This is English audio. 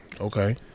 Okay